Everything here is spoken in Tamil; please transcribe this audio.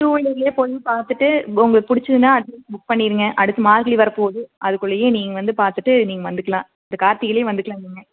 டூவீலர்லியே போய் பார்த்துட்டு உங்களுக்கு பிடிச்சிருந்தா அப்படியே புக் பண்ணிடுங்க அடுத்து மார்கழி வரப்போகுது அதுக்குள்ளையே நீங்கள் வந்து பார்த்துட்டு நீங்கள் வந்துக்கலாம் இந்த கார்த்திகைலையே வந்துக்கலாம் நீங்கள்